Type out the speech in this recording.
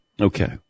Okay